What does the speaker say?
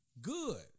good